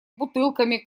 бутылками